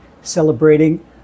celebrating